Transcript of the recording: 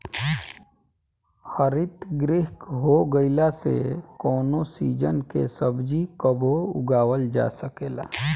हरितगृह हो गईला से कवनो सीजन के सब्जी कबो उगावल जा सकेला